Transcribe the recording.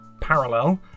parallel